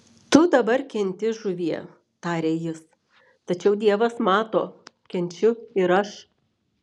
tu dabar kenti žuvie tarė jis tačiau dievas mato kenčiu ir aš